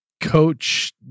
Coach